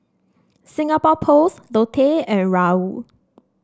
Singapore Post Lotte and Raoul